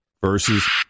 Versus